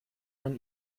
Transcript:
man